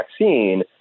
vaccine